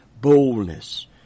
boldness